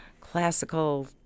classical